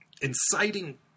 inciting